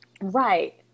Right